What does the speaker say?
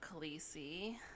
Khaleesi